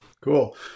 Cool